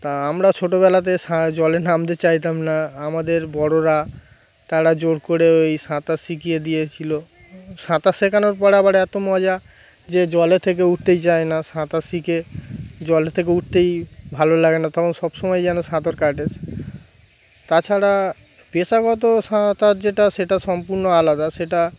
তা আমরা ছোটবেলাতে সা জলে নামতে চাইতাম না আমাদের বড়রা তারা জোর করে ওই সাঁতার শিখিয়ে দিয়েছিল সাঁতার শেখানোর পরে আবার এত মজা যে জলের থেকে উঠতেই চায় না সাঁতার শিখে জলের থেকে উঠতেই ভালো লাগে না তখন সবসময় যেন সাঁতার কাটে তাছাড়া পেশাগত সাঁতার যেটা সেটা সম্পূর্ণ আলাদা সেটা